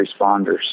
responders